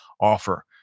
offer